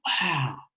wow